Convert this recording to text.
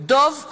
דב חנין,